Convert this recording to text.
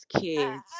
kids